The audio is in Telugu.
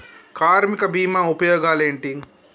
కార్మిక బీమా ఉపయోగాలేంటి?